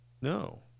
No